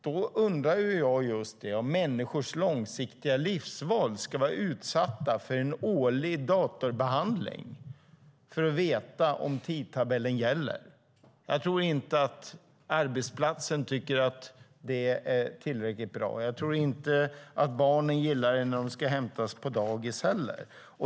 Då undrar jag om människors långsiktiga livsval ska vara utsatta för en årlig datorbehandling för att man ska kunna veta om tidtabellen gäller. Jag tror inte att arbetsplatsen tycker att det är tillräckligt bra. Jag tror inte heller att barnen gillar det när de ska hämtas på dagis.